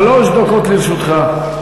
שלוש דקות לרשותך.